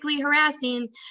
harassing